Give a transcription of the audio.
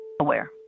aware